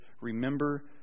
remember